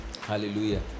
Hallelujah